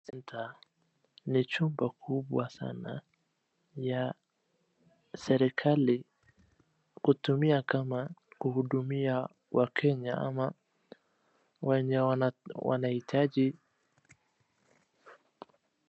Huduma senta, ni chumba kubwa sana ya serikali kutumia kama kuhudumia Wakenya ama wenye wanahitaji.